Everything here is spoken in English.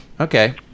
okay